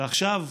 ועכשיו,